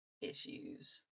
issues